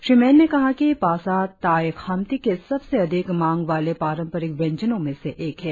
श्री मेन ने कहा कि पा सा ताई खामती के सबसे अधिक मांग वाले पारंपरिक व्यंजनो मे से एक है